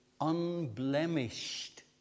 unblemished